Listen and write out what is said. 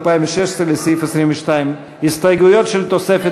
סעיף 22 לשנת 2016, יש גם יש הסתייגויות.